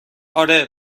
آره